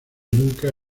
nunca